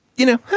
you know,